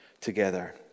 together